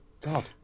God